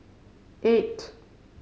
eight